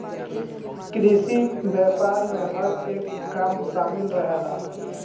कृषि व्यापार में हर एक काम शामिल रहेला